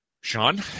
Sean